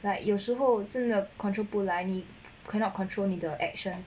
like 有时候真的 control 不拦你 cannot control 他的 action